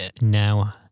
now